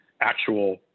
actual